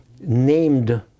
named